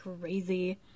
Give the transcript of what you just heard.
Crazy